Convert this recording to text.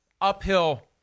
uphill